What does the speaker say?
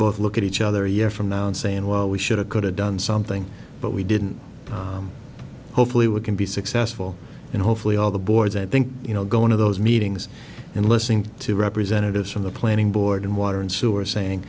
both look at each other a year from now and saying well we should've could've done something but we didn't hopefully we can be successful and hopefully all the boards i think you know going to those meetings and listening to representatives from the planning board and water and sewer saying